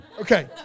Okay